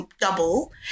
double